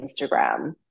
Instagram